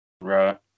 Right